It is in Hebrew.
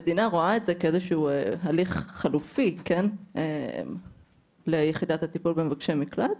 המדינה רואה את זה כאיזה שהוא הליך חלופי ליחידת הטיפול במבקשי מקלט.